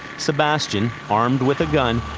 sebastian, armed with a gun,